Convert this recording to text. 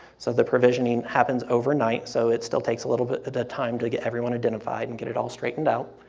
so the provisioning happens overnight, so it still takes a little bit of time to get everyone identified and get it all straightened out.